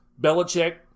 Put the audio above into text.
Belichick